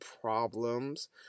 problems